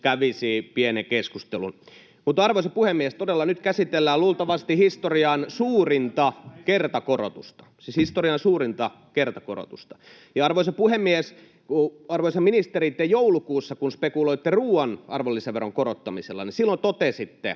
kävisi pienen keskustelun. Arvoisa puhemies! Mutta todella nyt käsitellään luultavasti historian suurinta kertakorotusta — siis historian suurinta kertakorotusta. Arvoisa puhemies! Arvoisa ministeri, kun te joulukuussa spekuloitte ruoan arvonlisäveron korottamisella, niin silloin totesitte,